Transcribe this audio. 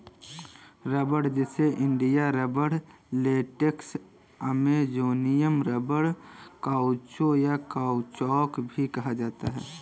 रबड़, जिसे India rubber, latex, Amazonian rubber, काउचो, या काउचौक भी कहा जाता है